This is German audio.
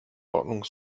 ordnung